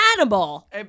animal